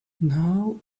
now